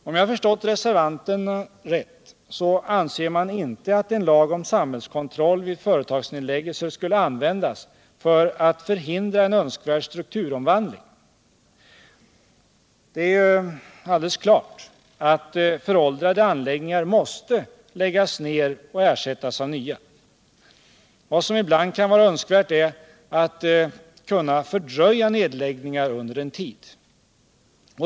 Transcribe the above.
Om jag förstått reservanterna rätt, så anser man inte att en lag om samhällskontroll vid företagsnedläggelser skulle användas för att förhindra en önskvärd strukturomvandling. Det är ju alldeles klart att föråldrade anläggningar måste läggas ner och ersättas av nya. Vad som ibland kan vara önskvärt är att kunna fördröja nedläggningar under en tid.